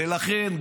ולכן,